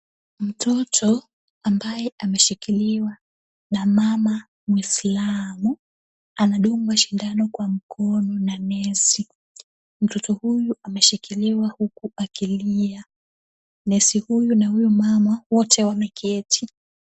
Mtoto ambaye ameshikiliwa na mama muislamu anadungwa sindano kwa mkono na nesi. Mtoto huyu ameshikiliwa huku akilia. Nesi huyu na huyo mama wote wameketi.